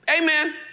Amen